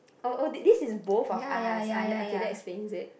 oh oh di~ this is both of us ah then okay that explains it